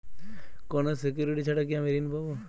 কোনো সিকুরিটি ছাড়া কি আমি ঋণ পাবো?